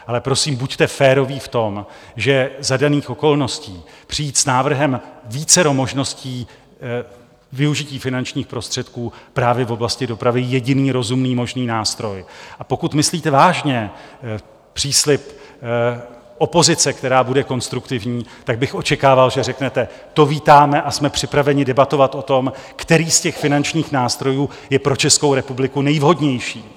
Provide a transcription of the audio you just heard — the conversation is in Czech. Ale prosím, buďte férový v tom, že za daných okolností přijít s návrhem vícero možností využití finančních prostředků právě v oblasti dopravy, jediný rozumný možný nástroj, a pokud myslíte vážně příslib opozice, která bude konstruktivní, tak bych očekával, že řeknete: to vítáme a jsme připraveni debatovat o tom, který z těch finančních nástrojů je pro Českou republiku nejvhodnější.